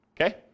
Okay